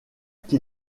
qui